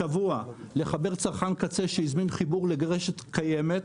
לחבר צרכן קצה שהזמין חיבור לרשת קיימת,